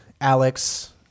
Alex